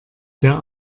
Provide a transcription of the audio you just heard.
der